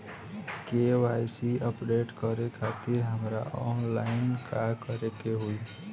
KYC update करे खातिर हमरा ऑनलाइन का करे के होई?